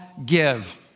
give